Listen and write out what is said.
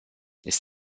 ist